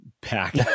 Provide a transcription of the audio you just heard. pack